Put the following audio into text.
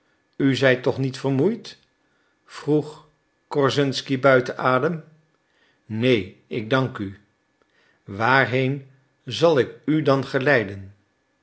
u zijt toch niet vermoeid vroeg korszunsky buiten adem neen ik dank u waarheen zal ik u dan geleiden